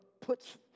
puts